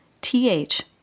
TH